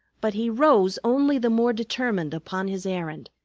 but he rose only the more determined upon his errand,